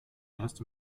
erst